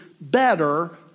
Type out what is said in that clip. better